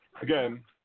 again